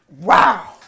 Wow